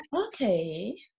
okay